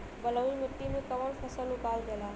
बलुई मिट्टी में कवन फसल उगावल जाला?